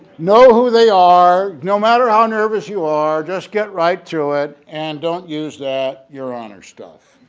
know who they are no matter how nervous you are just get right to it and don't use that your honor stuff.